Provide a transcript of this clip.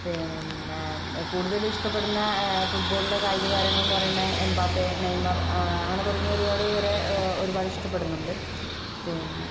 പിന്നെ കൂടുതൽ ഇഷ്ടപ്പെടുന്ന ഫുഡ്ബോളിലെ കായിക താരങ്ങളെന്ന് പറയുന്നത് എംമ്പാപ്പെ നെയ്മർ അങ്ങനെ തുടങ്ങി ഒരുപാട് പേരെ ഒരുപാട് ഇഷ്ടപ്പെടുന്നുണ്ട് പിന്നെ